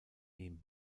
ihm